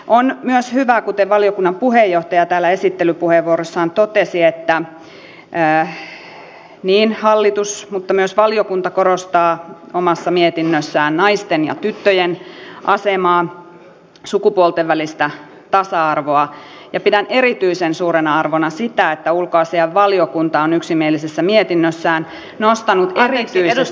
on myös hyvä kuten valiokunnan puheenjohtaja täällä esittelypuheenvuorossaan totesi että niin hallitus kuin myös valiokunta omassa mietinnössään korostaa naisten ja tyttöjen asemaa sukupuolten välistä tasa arvoa ja pidän erityisen suurena arvona sitä että ulkoasiainvaliokunta on yksimielisessä mietinnössään nostanut erityisesti